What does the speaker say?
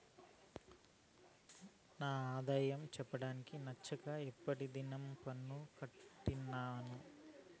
నా ఆదాయం చెప్పడానికి నచ్చక ఎప్పటి దినం పన్ను కట్టినాను